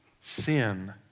Sin